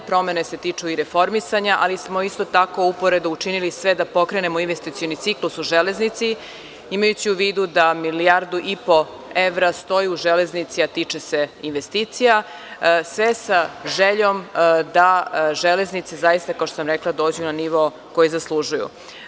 Promene se tiču i reformisanja, ali smo isto tako uporedo učinili sve da pokrenemo investicioni ciklus u železnici, imajući u vidu da milijardu i po evra stoji u železnici, a tiče se investicija, sve sa željom da železnice, zaista, kao što sam rekla, dođu na nivo koji zaslužuju.